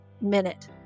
minute